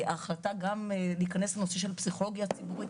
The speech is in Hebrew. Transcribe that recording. ההחלטה גם להיכנס לנושא של הפסיכולוגיה הציבורית,